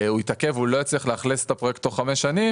הוא יתעכב ולא יצליח לאכלס את הפרויקט בתוך חמש שנים